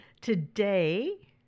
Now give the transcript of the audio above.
Today